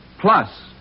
Plus